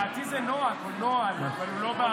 לדעתי, זה נוהג או נוהל, אבל הוא לא בתקנון.